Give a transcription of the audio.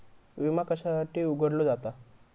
विमा कशासाठी उघडलो जाता?